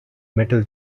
metal